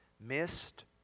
Missed